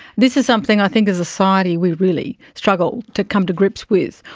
this is something i think as a society we really struggle to come to grips with.